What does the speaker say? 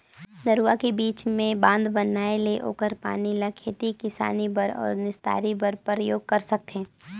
नरूवा के बीच मे बांध बनाये ले ओखर पानी ल खेती किसानी बर अउ निस्तारी बर परयोग कर सकथें